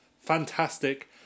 Fantastic